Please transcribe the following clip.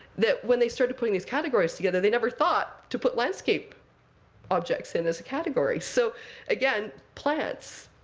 that when they started putting these categories together, they never thought to put landscape objects in as a category. so again, plants,